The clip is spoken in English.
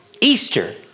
Easter